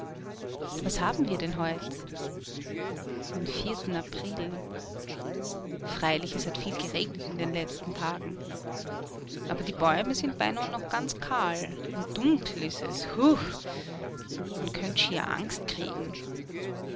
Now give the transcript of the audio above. was haben wir denn heut den vierten april freilich es hat viel geregnet in den letzten tagen aber die bäume sind beinah noch ganz kahl und dunkel ist es hu man könnt schier angst kriegen